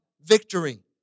victory